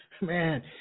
Man